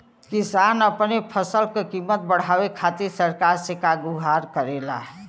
किसान अपने फसल क कीमत बढ़ावे खातिर सरकार से का गुहार करेला?